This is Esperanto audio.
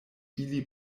ili